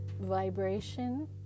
vibration